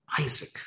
Isaac